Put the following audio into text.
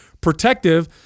protective